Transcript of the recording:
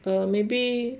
orh maybe